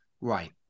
right